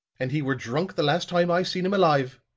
and he were drunk the last time i seen him alive.